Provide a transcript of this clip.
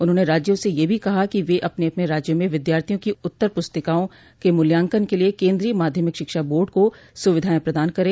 उन्होंने राज्यों से यह भी कहा कि वे अपने अपने राज्यों में विद्यार्थियों की उत्तर प्रस्तिकाओं के मूल्यांकन के लिए केंद्रीय माध्यमिक शिक्षा बोर्ड को सुविधाएं प्रदान करें